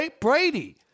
Brady